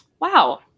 wow